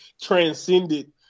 transcended